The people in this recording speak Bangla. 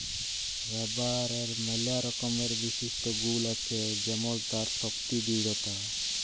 রাবারের ম্যালা রকমের বিশিষ্ট গুল আছে যেমল তার শক্তি দৃঢ়তা